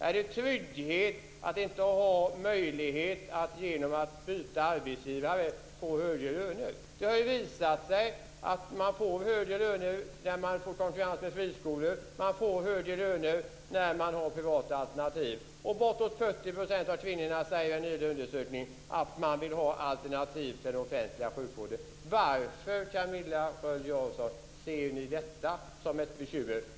Är det trygghet att inte ha möjlighet att genom att byta arbetsgivare få högre löner? Det har ju visat sig att man får högre löner när det blir konkurrens med friskolor. Man får högre löner när det finns privata alternativ. Och omkring 40 % av kvinnorna säger i en undersökning att de vill ha alternativ till den offentliga sjukvården. Varför, Camilla Sköld Jansson, ser ni detta som ett bekymmer?